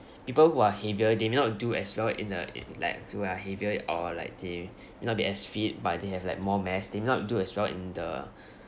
people who are heavier they may not do as well in a in like who are heavier or like they may not be as fit but they have like more mass they may not do as well in the